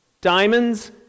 diamonds